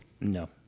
No